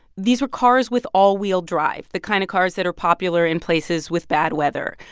these were cars with all-wheel drive, the kind of cars that are popular in places with bad weather.